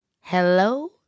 Hello